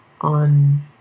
on